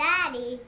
Daddy